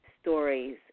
stories